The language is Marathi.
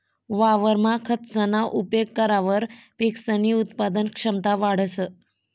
वावरमा खतसना उपेग करावर पिकसनी उत्पादन क्षमता वाढंस